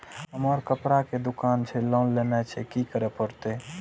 हमर कपड़ा के दुकान छे लोन लेनाय छै की करे परतै?